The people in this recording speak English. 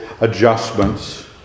adjustments